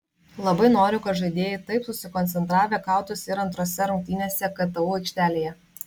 labai noriu kad žaidėjai taip susikoncentravę kautųsi ir antrose rungtynėse ktu aikštelėje